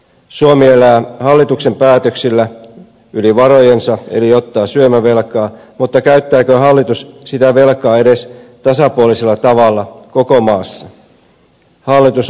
suomi elää hallituksen päätöksillä yli varojensa eli ottaa syömävelkaa mutta käyttääkö hallitus sitä velkaa edes tasapuolisella tavalla koko maassa